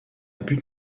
but